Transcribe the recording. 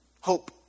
Hope